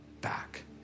back